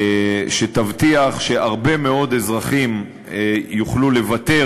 שזה יבטיח שהרבה מאוד אזרחים יוכלו לוותר,